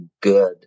good